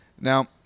Now